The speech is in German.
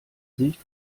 sicht